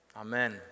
Amen